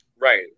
Right